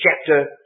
chapter